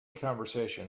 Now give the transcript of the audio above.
conversation